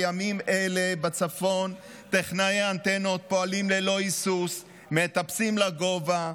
בימים אלה בצפון טכנאי האנטנות פועלים ללא היסוס: מטפסים לגובה,